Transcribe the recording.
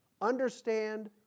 understand